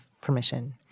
permission